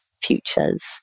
futures